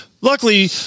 Luckily